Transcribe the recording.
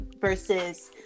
versus